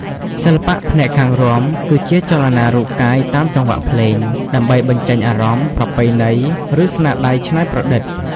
សិល្បៈផ្នែកខាងរាំ គឺជាចលនារូបកាយតាមចង្វាក់ភ្លេង ដើម្បីបញ្ចេញអារម្មណ៍ ប្រពៃណី ឬស្នាដៃច្នៃប្រឌិត។